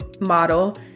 model